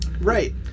Right